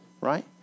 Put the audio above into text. right